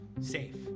Safe